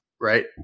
right